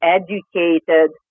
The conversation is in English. educated